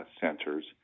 centers